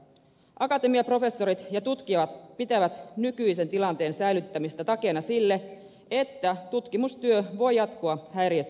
akatemiaprofessorit ja tutkijat pitävät nykyisen tilanteen säilyttämistä takeena sille että tutkimustyö voi jatkua häiriöttömästi